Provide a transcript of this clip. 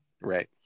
Right